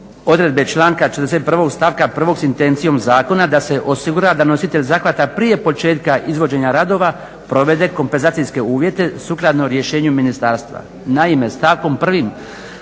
odredbe članka 41. stavka 1. s intencijom zakona da se osigura da nositelj zahvata prije početka izvođenja radova provede kompenzacijske uvjete sukladno rješenju ministarstva.